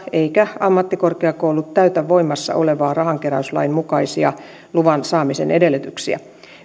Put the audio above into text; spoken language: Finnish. eivätkä ammattikorkeakoulut täytä voimassa olevan rahankeräyslain mukaisia luvan saamisen edellytyksiä